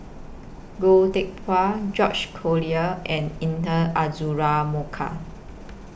Goh Teck Phuan George Collyer and Intan Azura Mokhtar